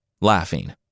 laughing